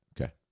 Okay